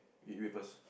you wait first